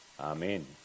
Amen